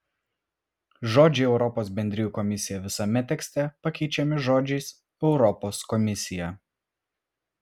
žodžiai europos bendrijų komisija visame tekste pakeičiami žodžiais europos komisija